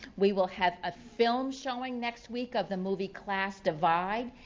we will have a film showing next week of the movie class divide.